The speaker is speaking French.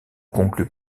conclut